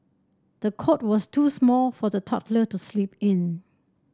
the cot was too small for the toddler to sleep in